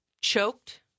choked